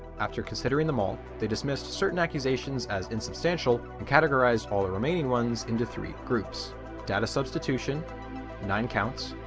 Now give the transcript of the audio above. after considering them all they dismissed certain accusations as insubstantial and categorized all the remaining ones into three groups data substitution nine counts.